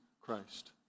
Christ